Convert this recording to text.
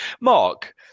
Mark